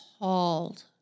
appalled